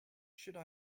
should